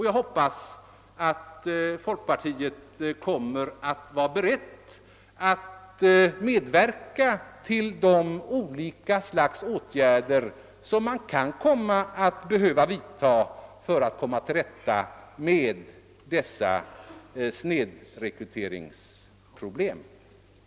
Jag hoppas att folkpartiet kommer att vara berett att medverka till de olika åtgärder som man kan behöva vidta för att komma till rätta med snedrekryteringsproblemen.